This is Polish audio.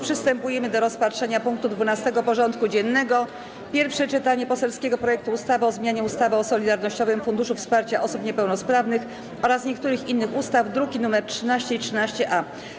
Przystępujemy do rozpatrzenia punktu 12. porządku dziennego: Pierwsze czytanie poselskiego projektu ustawy o zmianie ustawy o Solidarnościowym Funduszu Wsparcia Osób Niepełnosprawnych oraz niektórych innych ustaw (druki nr 13 i 13-A)